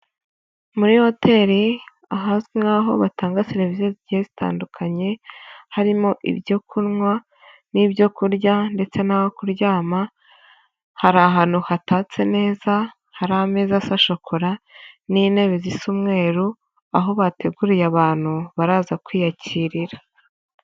Muri hoteli ahazwi nk'aho batanga serivisi zigiye zitandukanye, harimo ibyo kunywa n'ibyo kurya ndetse n'aho kuryama, hari ahantu hatatse neza, hari ameza asa shokola n'intebe zisa umweru, aho bateguriye abantu baraza kwiyakirira.